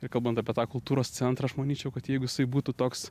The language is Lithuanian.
ir kalbant apie tą kultūros centrą aš manyčiau kad jeigu jisai būtų toks